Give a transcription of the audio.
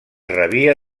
rebia